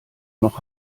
noch